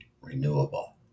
renewable